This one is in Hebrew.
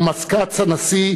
מזכ"ץ הנשיא,